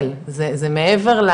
זה הדבר הנכון למדינת ישראל,